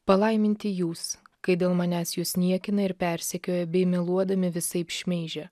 palaiminti jūs kai dėl manęs jus niekina ir persekioja bei meluodami visaip šmeižia